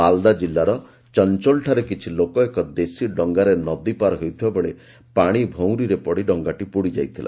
ମାଲ୍ଦା ଜିଲ୍ଲାର ଚଞ୍ଚୋଲ୍ଠାରେ କିଛି ଲୋକ ଏକ ଦେଶୀ ଡଙ୍ଗାରେ ନଦୀ ପାର ହେଉଥିବାବେଳେ ପାଣି ଭଉଁରୀରେ ପଡ଼ି ଡଙ୍ଗାଟି ବୁଡ଼ି ଯାଇଥିଲା